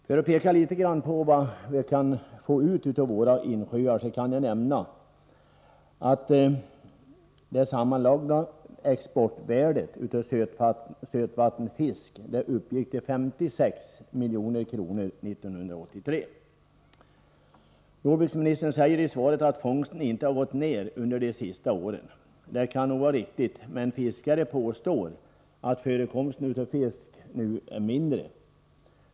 För att litet grand peka på vad vi kan få ut av våra insjöar kan jag nämna att det sammanlagda exportvärdet av sötvattenfisk uppgick till 56 milj.kr. 1983. Jordbruksministern säger i svaret att fångsten inte har gått ned under de senaste åren. Det kan nog vara riktigt, men fiskare påstår att förekomsten av fisk nu är mindre.